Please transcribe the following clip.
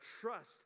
trust